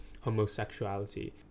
homosexuality